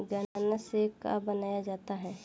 गान्ना से का बनाया जाता है?